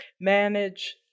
manage